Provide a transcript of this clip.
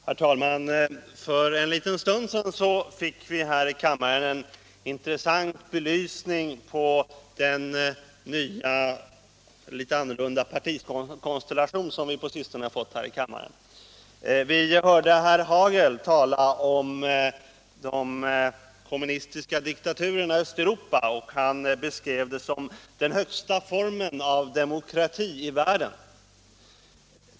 Herr talman! För en liten stund sedan fick vi en intressant belysning på den nya och litet annorlunda partikonstellation som vi på sistone har fått här i kammaren. Vi hörde herr Hagel tala om de kommunistiska diktaturerna i Östeuropa, och han beskrev dem som den högsta formen av demokrati i världen.